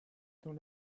dans